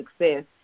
success